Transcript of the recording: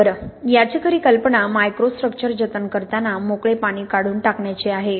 बरं याची खरी कल्पना मायक्रोस्ट्रक्चर जतन करताना मोकळे पाणी काढून टाकण्याची आहे